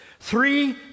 Three